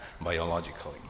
biologically